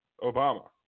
Obama